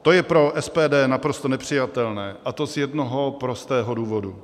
To je pro SPD naprosto nepřijatelné, a to z jednoho prostého důvodu.